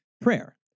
Prayer